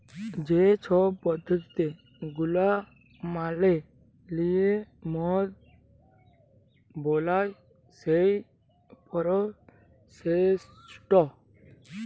যে ছব পদ্ধতি গুলা মালে লিঁয়ে মদ বেলায় সেই পরসেসট